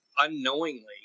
unknowingly